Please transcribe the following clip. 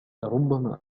لربما